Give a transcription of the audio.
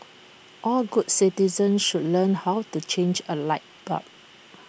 all good citizens should learn how to change A light bulb